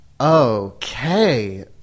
Okay